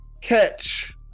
catch